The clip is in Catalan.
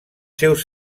seus